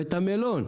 ואת המלון.